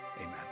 amen